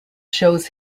shows